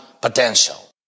potential